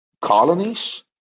colonies